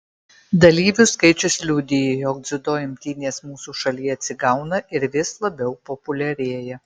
dalyvių skaičius liudija jog dziudo imtynės mūsų šalyje atsigauna ir vis labiau populiarėja